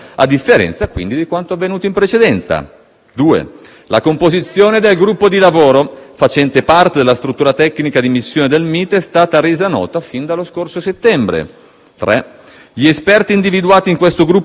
che la composizione del gruppo di lavoro facente parte della struttura tecnica di missione del MIT è stata resa nota fin dallo scorso settembre; in terzo luogo che gli esperti individuati in questo gruppo di lavoro sono riconosciuti a livello internazionale